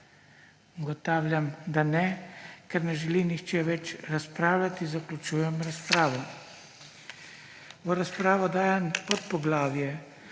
V razpravo dajem podpoglavje